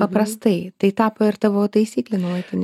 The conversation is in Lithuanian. paprastai tai tapo ir tavo taisykle nuolatine